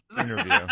interview